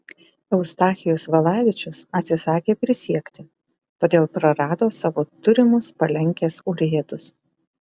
eustachijus valavičius atsisakė prisiekti todėl prarado savo turimus palenkės urėdus